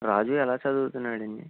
రాజు ఎలా చదువుతున్నాడు అండి